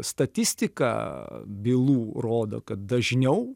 statistika bylų rodo kad dažniau